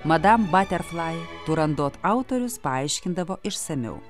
madam baterflai turandot autorius paaiškindavo išsamiau